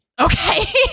Okay